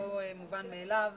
זה לא מובן מאליו.